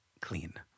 clean